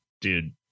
Dude